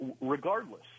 regardless